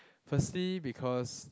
firstly because